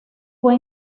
fue